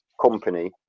company